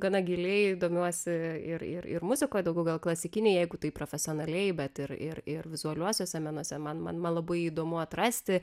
gana giliai domiuosi ir ir ir muzikoj daugiau gal klasikinėj jeigu taip profesionaliai bet ir ir ir vizualiuosiuose menuose man man man labai įdomu atrasti